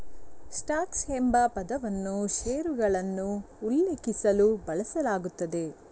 stocks ಎಂಬ ಪದವನ್ನು ಷೇರುಗಳನ್ನು ಉಲ್ಲೇಖಿಸಲು ಬಳಸಲಾಗುತ್ತದೆ